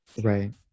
Right